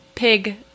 Pig